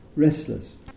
Restless